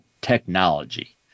technology